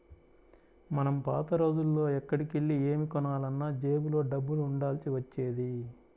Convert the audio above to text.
మనం పాత రోజుల్లో ఎక్కడికెళ్ళి ఏమి కొనాలన్నా జేబులో డబ్బులు ఉండాల్సి వచ్చేది